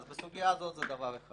אז בסוגיה הזאת זה דבר אחד.